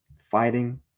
fighting